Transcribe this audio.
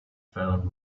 found